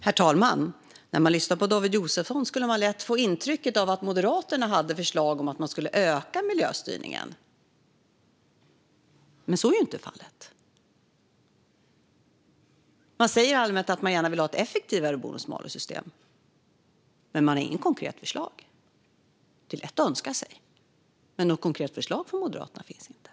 Herr talman! När man lyssnar på David Josefsson kan man lätt få intrycket av att Moderaterna har förslag om att miljöstyrningen ska ökas. Men så är inte fallet. Moderaterna säger allmänt att de gärna vill ha ett effektivare bonus-malus-system. Men de har inget konkret förslag. Det är lätt att önska sig, men något konkret förslag från Moderaterna finns inte.